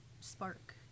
spark